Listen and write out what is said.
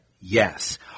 Yes